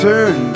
Turn